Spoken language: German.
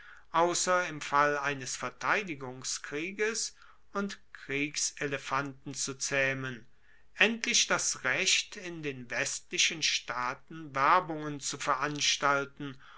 ausser im fall eines verteidigungskrieges und kriegselefanten zu zaehmen endlich das recht in den westlichen staaten werbungen zu veranstalten